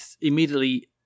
immediately